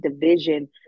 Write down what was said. division